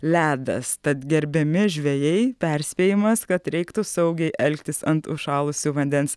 ledas tad gerbiami žvejai perspėjimas kad reiktų saugiai elgtis ant užšalusių vandens